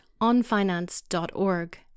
onfinance.org